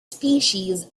species